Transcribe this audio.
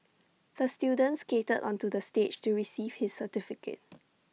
the student skated onto the stage to receive his certificate